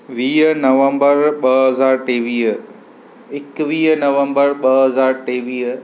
वीह नवंबर ॿ हज़ार टेवीह एकवीह नवंबर ॿ हज़ार टेवीह